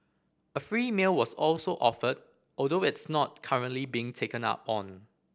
a free meal was also offered although it's not currently being taken up on